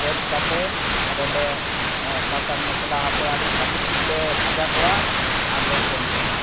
ᱜᱮᱫ ᱠᱟᱛᱮᱫ ᱟᱫᱚ ᱞᱮ ᱥᱟᱥᱟᱝ ᱢᱚᱥᱞᱟ ᱟᱛᱮᱫ ᱟᱹᱰᱤ ᱵᱷᱟᱜᱮ ᱴᱷᱤᱠᱞᱮ ᱵᱷᱟᱡᱟ ᱠᱚᱣᱟ ᱟᱨᱞᱮ ᱡᱚᱢ ᱠᱚᱣᱟ ᱱᱟᱦᱟᱜ